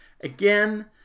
again